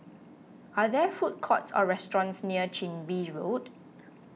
are there food courts or restaurants near Chin Bee Road